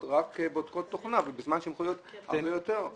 רק כבודקות תוכנה בזמן שהן יכולות לעשות הרבה יותר?